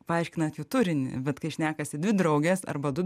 paaiškinat jų turinį bet kai šnekasi dvi draugės arba du